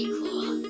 cool